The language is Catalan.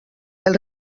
els